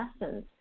lessons